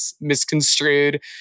misconstrued